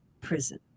prison